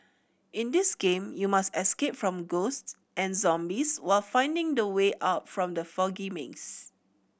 in this game you must escape from ghosts and zombies while finding the way out from the foggy maze